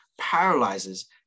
paralyzes